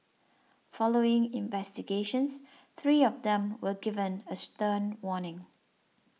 following investigations three of them were given a stern warning